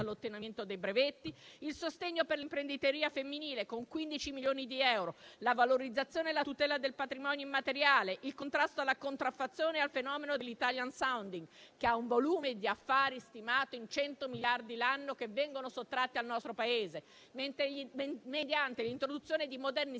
all'ottenimento dei brevetti, il sostegno per l'imprenditoria femminile con 15 milioni di euro, la valorizzazione e la tutela del patrimonio immateriale, il contrasto alla contraffazione e al fenomeno dell'*italian sounding*, che ha un volume di affari stimato in 100 miliardi l'anno che vengono sottratti al nostro Paese mediante l'introduzione di moderni